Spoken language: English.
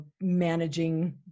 managing